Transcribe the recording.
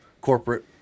corporate